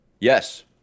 Yes